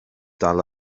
dal